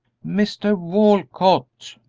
mr. walcott,